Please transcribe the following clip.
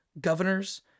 governors